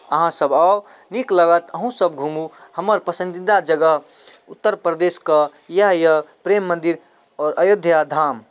अहाँसब आउ नीक लागत अहुँसब घुमु हमर पसन्दीदा जगह उत्तर प्रदेशके इएह यऽ प्रेम मन्दिर आओर अयोध्या धाम